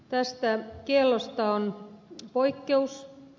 tästä kiellosta on poikkeus